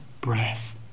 breath